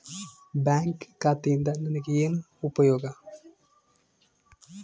Bank ಖಾತೆಯಿಂದ ನನಗೆ ಏನು ಉಪಯೋಗ?